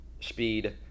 speed